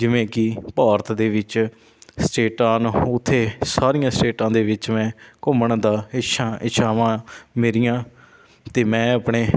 ਜਿਵੇਂ ਕਿ ਭਾਰਤ ਦੇ ਵਿੱਚ ਸਟੇਟਾਂ ਹਨ ਉੱਥੇ ਸਾਰੀਆਂ ਸਟੇਟਾਂ ਦੇ ਵਿੱਚ ਮੈਂ ਘੁੰਮਣ ਦਾ ਇੱਛਾ ਇੱਛਾਵਾਂ ਮੇਰੀਆਂ ਅਤੇ ਮੈਂ ਆਪਣੇ